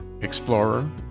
explorer